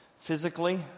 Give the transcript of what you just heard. physically